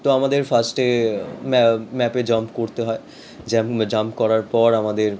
তো আমাদের ফার্স্টে ম্যাপে জাম্প করতে হয় জাম্প করার পর আমাদের